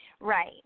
Right